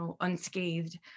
unscathed